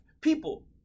People